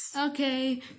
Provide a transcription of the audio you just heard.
okay